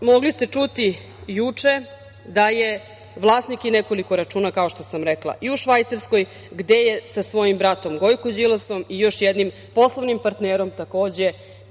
mogli ste čuti juče da je vlasnik i nekoliko računa, kao što sam rekla, i u Švajcarskoj gde je sa svojim bratom Gojkom Đilasom i još jednim poslovnim partnerom takođe